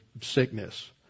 sickness